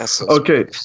okay